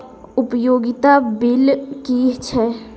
उपयोगिता बिल कि छै?